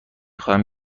خواهم